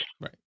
Right